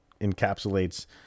encapsulates